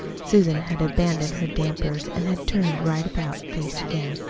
susan had abandoned her dampers, and had turned right about face again.